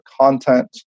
content